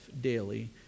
daily